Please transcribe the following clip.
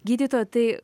gydytoja tai